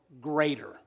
Greater